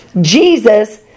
Jesus